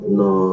no